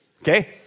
Okay